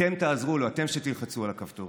אתם תעזרו לו, אתם, שתלחצו על הכפתורים.